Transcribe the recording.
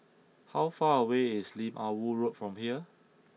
how far away is Lim Ah Woo Road from here